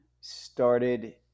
started